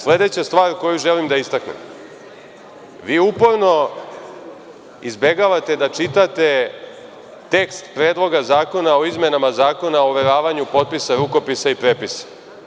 Sledeća stvar koju želim da istaknem, vi uporno izbegavate da čitate tekst Predloga zakona o izmenama Zakona o overavanju potpisa, rukopisa i prepisa.